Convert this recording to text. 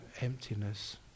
emptiness